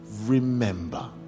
remember